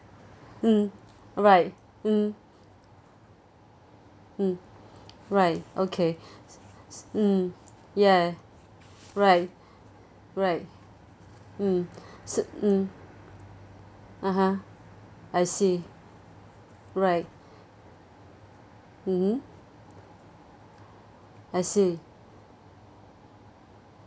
mm right mm mm right okay mm ya right right mm s~ mm (uh huh) I see right mmhmm I see